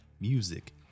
music